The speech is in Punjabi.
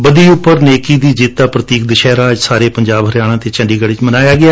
ਬਦੀ ਉਂਪਰ ਨੇਕੀ ਦੀ ਜਿੱਤ ਦਾ ਪ੍ਰਤੀਕ ਦੁਸਹਿਰਾ ੱਜ ਪੰਜਾਬ ਹਰਿਆਣਾ ਅਤੇ ਚੰਡੀਗੜ੍ਪ 'ਚ ਮਨਾਇਆ ਗਿਆ